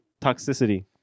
toxicity